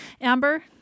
Amber